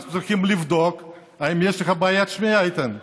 אנחנו צריכים לבדוק אם יש לך בעיית שמיעה, איתן.